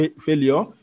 failure